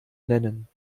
nennen